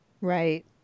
Right